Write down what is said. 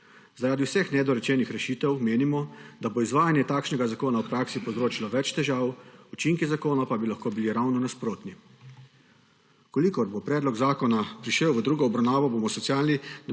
Zaradi vseh nedorečenih rešitev menimo, da bo izvajanje takšnega zakona v praksi povzročilo več težav, učinki zakonov pa bi lahko bili ravno nasprotni. V kolikor bo predlog zakona prišel v drugo obravnavo, bomo Socialni